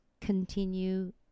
continue